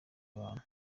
abantu